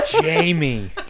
Jamie